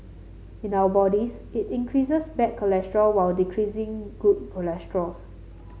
in our bodies it increases bad cholesterol while decreasing good cholesterol